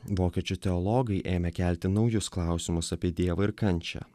vokiečių teologai ėmė kelti naujus klausimus apie dievą ir kančią